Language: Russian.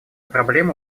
проблема